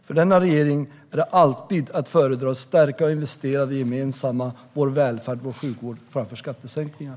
För denna regering är förstärkning av och investeringar i det gemensamma - vår välfärd och vår sjukvård - alltid att föredra framför skattesänkningar.